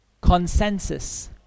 Consensus